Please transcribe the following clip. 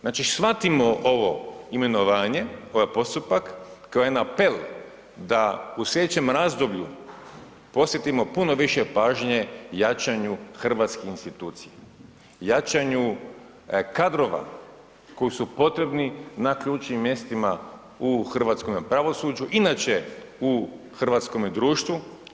Znači shvatimo ovo imenovanje, ovaj postupak kao jedan apel da u sljedećem razdoblju posvetimo puno više pažnje jačanju hrvatskih institucija, jačanju kadrova koji su potrebni na ključnim mjestima u hrvatskom pravosuđu, inače u hrvatskome društvu.